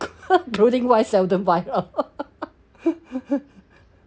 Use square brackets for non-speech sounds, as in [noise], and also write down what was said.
[laughs] clothing wise seldom buy lor [laughs]